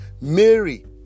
Mary